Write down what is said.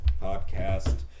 podcast